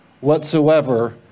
whatsoever